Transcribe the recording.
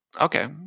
okay